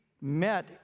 met